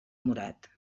murat